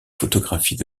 photographies